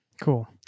Cool